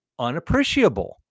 unappreciable